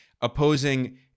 opposing